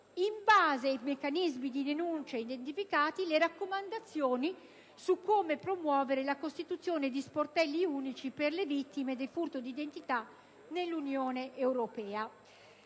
in base ai meccanismi di denuncia identificati, le raccomandazioni su come promuovere la costituzione di sportelli unici per le vittime del furto di identità nell'Unione europea.